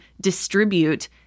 distribute